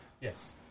Yes